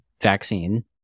vaccine